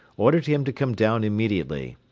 ordered him to come down immediately.